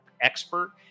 expert